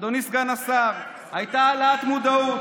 אדוני סגן השר, הייתה העלאת מודעות.